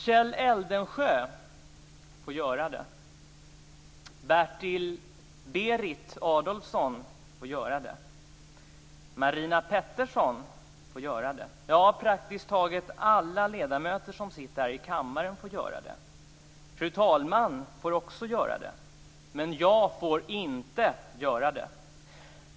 Kjell Eldensjö får göra det, Berit Adolfsson får göra det, Marina Pettersson får göra. Ja, praktiskt taget alla ledamöter som sitter här i kammaren får göra det. Fru talmannen får göra det, men jag får inte göra det!